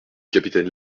capitaine